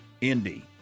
Indy